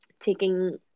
taking